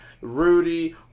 Rudy